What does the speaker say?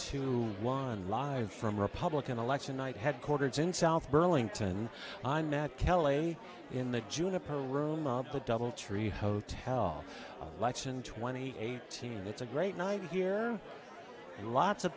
two one live from republican election night headquarters in south burlington i met kelly in the juniper room up the doubletree hotel election twenty eight to me it's a great night here and lots of